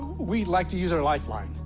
we'd like to use our lifeline.